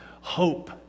hope